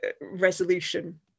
resolution